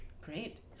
Great